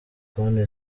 konti